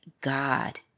God